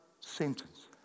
sentence